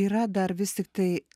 yra dar vis tiktai